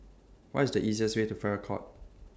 What IS The easiest Way to Farrer Court